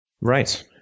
Right